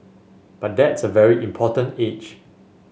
but that's a very important age